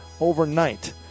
overnight